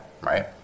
right